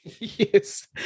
Yes